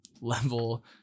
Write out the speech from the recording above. level